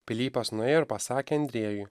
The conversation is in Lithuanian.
pilypas nuėjo ir pasakė andriejui